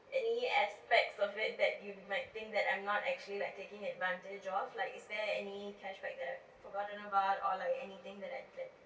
any aspect of it that you might think that I'm not actually like taking advantage of like is there any cashback that I've forgotten about or like anything that I like